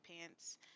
pants